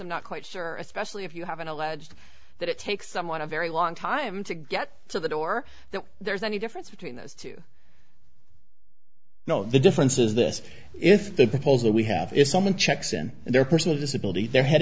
i'm not quite sure especially if you have an alleged that it takes someone a very long time to get to the door that there's any difference between those too no the difference is this if they propose that we have if someone checks in their personal disability they're head